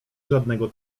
żadnego